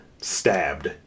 stabbed